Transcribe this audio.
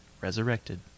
resurrected